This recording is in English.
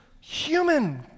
human